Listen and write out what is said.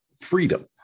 Freedom